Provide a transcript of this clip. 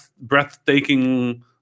breathtaking